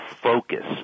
focus